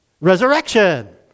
resurrection